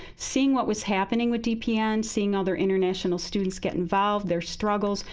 seeing what was happening with dpn, seeing other international students get involved, their struggles,